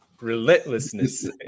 Relentlessness